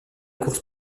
course